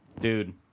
Dude